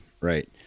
Right